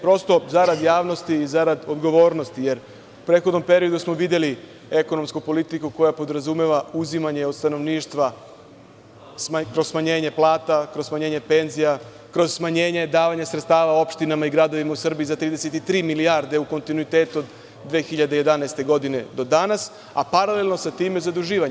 Prosto zarad javnosti i odgovornosti jer u prethodnom periodu smo videli ekonomsku politiku koja podrazumeva uzimanje od stanovništva kroz smanjenje plata, kroz smanjenje penzija, kroz smanjenje davanja sredstava opštinama i gradovima u Srbiji za 33 milijarde u kontinuitetu od 2011. godine do danas, a paralelno sa tim zaduživanje.